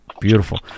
beautiful